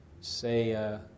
say